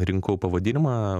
rinkau pavadinimą